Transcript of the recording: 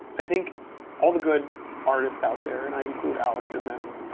i think all the good artists out there, and i include alex in this